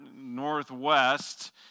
northwest